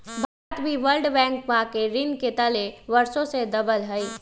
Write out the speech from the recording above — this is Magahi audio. भारत भी वर्ल्ड बैंकवा के ऋण के तले वर्षों से दबल हई